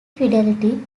fidelity